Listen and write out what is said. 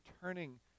turning